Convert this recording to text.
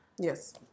yes